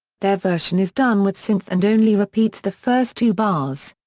their version is done with synth and only repeats the first two bars.